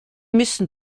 müssen